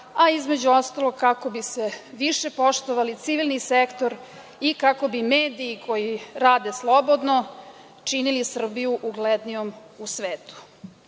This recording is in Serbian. a između ostalog kako bi se više poštovali civilni sektor i kako bi mediji koji rade slobodno činili Srbiju uglednijom u svetu. Nakon